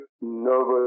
nervous